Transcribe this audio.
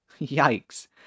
Yikes